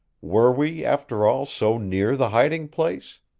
were we, after all, so near the hiding-place?